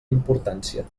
importància